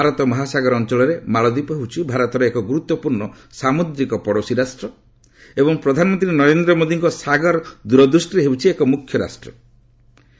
ଭାରତ ମହାସାଗର ଅଞ୍ଚଳରେ ମାଳଦ୍ୱୀପ ହେଉଛି ଭାରତର ଏକ ଗୁରୁତ୍ୱପୂର୍ଣ୍ଣ ସାମୁଦ୍ରିକ ପଡ଼ୋଶୀ ରାଷ୍ଟ୍ର ଏବଂ ପ୍ରଧାନମନ୍ତ୍ରୀ ନରେନ୍ଦ୍ର ମୋଦିଙ୍କ 'ସାଗର' ଦୂରଦୃଷ୍ଟିରେ ହେଉଛି ଏକ ମୁଖ୍ୟ ରାଷ୍ଟ୍ର ମଧ୍ୟ